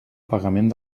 pagament